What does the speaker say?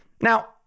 Now